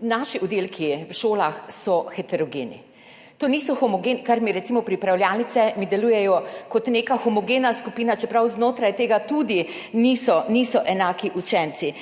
naši oddelki na šolah so heterogeni, niso homogeni, recimo pripravljalnice mi delujejo kot neka homogena skupina, čeprav znotraj tega tudi niso enaki učenci.